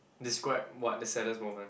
describe what the saddest moment